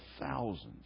thousands